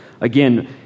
Again